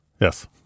Yes